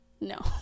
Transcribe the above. No